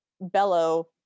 bellow